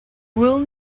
will